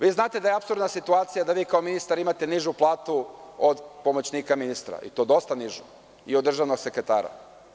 Vi znate da je apsurdna situacija da vi kao ministar imate nižu platu od pomoćnika ministra, i to dosta nižu, kao i od državnog sekretara.